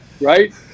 Right